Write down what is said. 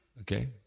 okay